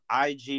IG